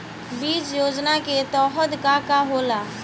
बीज योजना के तहत का का होला?